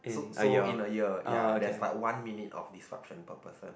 so so in a year ya there's like one minute of disruption per person